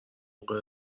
غیر